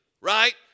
right